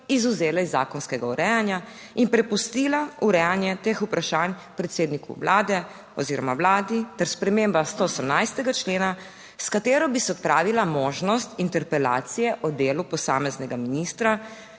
izvzela iz zakonskega urejanja in prepustila 5. TRAK (VI) 9.20 (nadaljevanje) urejanje teh vprašanj predsedniku Vlade oziroma Vladi ter sprememba 118. člena, s katero bi se odpravila možnost interpelacije o delu posameznega ministra,